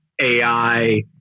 AI